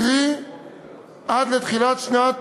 קרי עד תחילת שנת